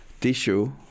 tissue